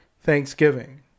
Thanksgiving